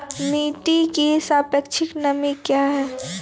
मिटी की सापेक्षिक नमी कया हैं?